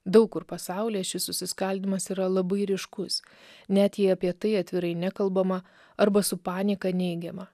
daug kur pasaulyje šis susiskaldymas yra labai ryškus net jei apie tai atvirai nekalbama arba su panieka neigiama